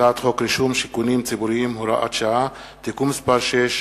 הצעת חוק רישום שיכונים ציבוריים (הוראת שעה) (תיקון מס' 6),